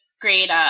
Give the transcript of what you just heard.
great